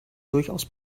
durchaus